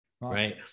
right